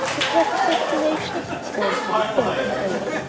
it has a fascination of its own, that bend, marilla.